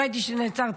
ראית שנעצרת.